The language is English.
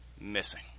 missing